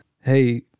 hey